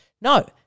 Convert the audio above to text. No